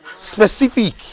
specific